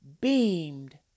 beamed